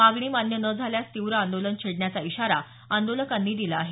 मागणी मान्य न झाल्यास तीव्र आंदोलन छेडण्याचा इशारा आंदोलकांनी दिला आहे